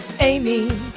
Amy